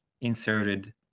inserted